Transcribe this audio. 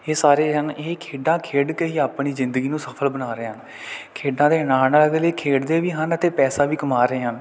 ਇਹ ਸਾਰੇ ਹਨ ਇਹ ਖੇਡਾਂ ਖੇਡ ਕੇ ਹੀ ਆਪਣੀ ਜ਼ਿੰਦਗੀ ਨੂੰ ਸਫਲ ਬਣਾ ਰਿਹਾ ਖੇਡਾਂ ਦੇ ਨਾਲ ਅਗਲੇ ਖੇਡਦੇ ਵੀ ਹਨ ਅਤੇ ਪੈਸਾ ਵੀ ਕਮਾ ਰਹੇ ਹਨ